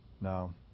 No